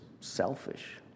selfish